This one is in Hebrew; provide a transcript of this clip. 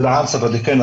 כן.